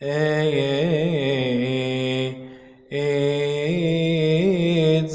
a a